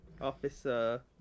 officer